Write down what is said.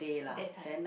day time